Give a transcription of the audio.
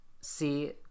see